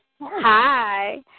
hi